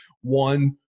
one